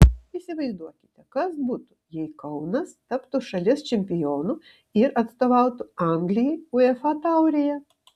įsivaizduokite kas būtų jei kaunas taptų šalies čempionu ir atstovautų anglijai uefa taurėje